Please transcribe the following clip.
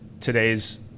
today's